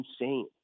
insane